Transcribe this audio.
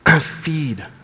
feed